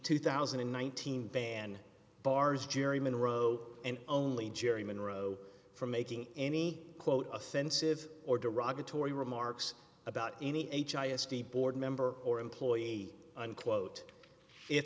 two thousand and nineteen ban bars jerry monroe and only jerry monroe from making any quote offensive or derogatory remarks about any h i s t board member or employee unquote i